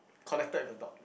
connected with the dog